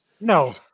No